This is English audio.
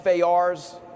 FARs